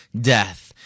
death